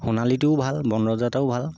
সোণালীটোও ভাল বন ৰজাতোও ভাল